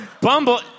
Bumble